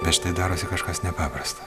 bet štai darosi kažkas nepaprasta